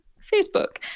Facebook